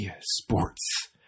Sports